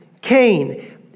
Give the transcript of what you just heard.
Cain